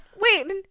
wait